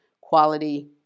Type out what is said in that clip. quality